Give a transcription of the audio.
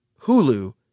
Hulu